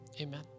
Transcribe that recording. Amen